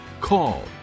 call